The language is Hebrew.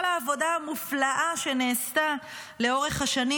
כל העבודה המופלאה שנעשתה לאורך השנים